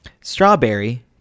strawberry